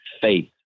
faith